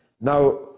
Now